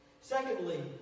Secondly